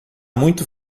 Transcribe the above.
muito